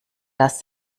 das